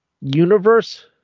universe